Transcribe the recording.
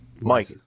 Mike